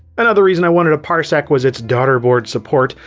another reason i wanted a parsec was its daughterboard support,